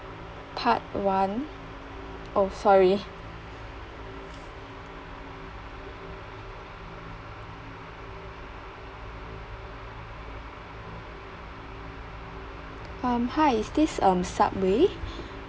part one oh sorry um hi is this um subway